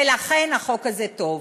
ולכן החוק הזה טוב.